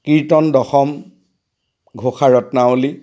Kirtan Dasham Ghosha Ratnavali